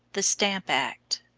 the stamp act